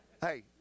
Hey